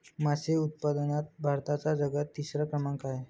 मासे उत्पादनात भारताचा जगात तिसरा क्रमांक आहे